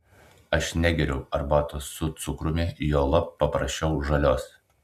aš negeriu arbatos su cukrumi juolab paprašiau žalios